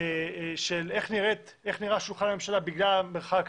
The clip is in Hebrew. איך נראה שולחן הממשלה בגלל המרחק